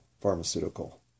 pharmaceutical